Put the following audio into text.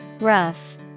rough